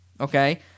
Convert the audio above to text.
Okay